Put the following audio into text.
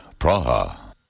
Praha